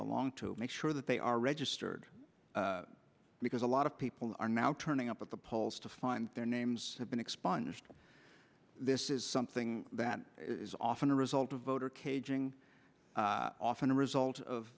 belong to make sure that they are registered because a lot of people are now turning up at the polls to find their names have been expunged this is something that is often a result of voter caging often a result of